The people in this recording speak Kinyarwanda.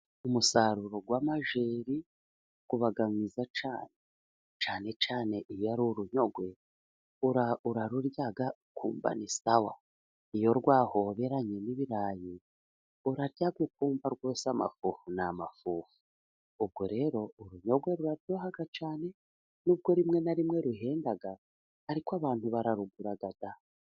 Umusaruro w’amajeri uba mwiza cyane， cyane cyane iyo ari urunyogwe， urarurya ukumva ni sawa. Iyo rwahoberanye n'ibirayi，urarya ukumva rwose amafuho ni amafuho， ubwo rero urunyogwe ruraryoha cyane，n’ubwo rimwe na rimwe ruhenda， ariko abantu bararugura da.